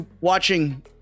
watching